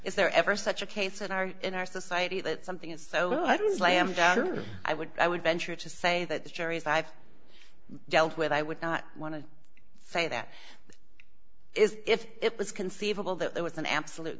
is there ever such a case in our in our society that something is so i don't slam down i would i would venture to say that the juries i've dealt with i would not want to say that is if it was conceivable that there was an absolute